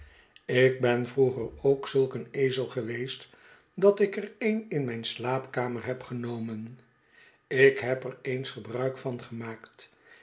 ik ben vroeger ook zulk een ezel geweest dat ik er een in mijn slaapkamer heb genomen ik heb er eens gebruik van gemaakt